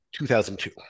2002